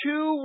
Two